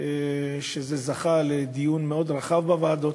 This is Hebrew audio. שזכה לדיון מאוד רחב בוועדות,